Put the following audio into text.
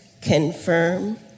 confirm